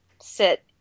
sit